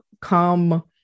come